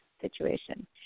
situation